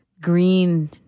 green